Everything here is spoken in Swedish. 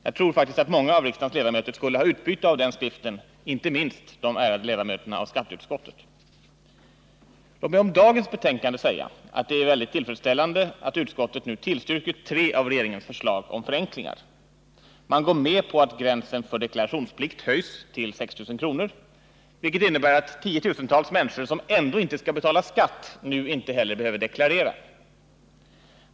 Jag tror faktiskt att många av riksdagens ledamöter skulle ha utbyte av den skriften, inte minst de ärade ledamöterna av skatteutskottet. Låt mig om dagens betänkande säga att det är mycket tillfredsställande att utskottet tillstyrker tre av regeringens förslag till förenklingar. Man går med på att gränsen för deklarationsplikt höjs till 6 000 kr., vilket innebär att tiotusentals människor som ändå inte skall betala skatt nu inte heller behöver deklararera.